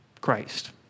Christ